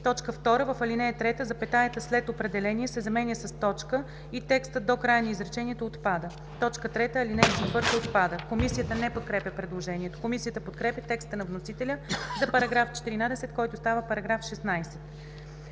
2. В ал. 3 запетаята след „определение” се заменя с точка и текстът до края на изречението – отпада. 3. Алинея 4 отпада.“ Комисията не подкрепя предложението. Комисията подкрепя текста на вносителя за § 14, който става § 16.